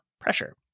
pressure